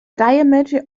diameter